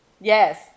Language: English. Yes